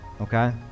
Okay